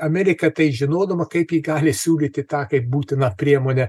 amerika tai žinodama kaip ji gali siūlyti tą kaip būtiną priemonę